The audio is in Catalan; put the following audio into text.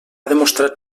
demostrat